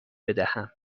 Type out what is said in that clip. بدهم